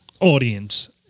audience